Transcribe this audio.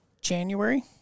January